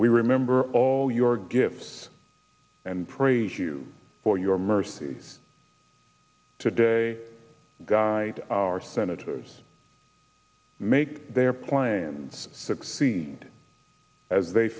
we remember all your gifts and praise you for your mercy today guide our senators make their plans succeed as they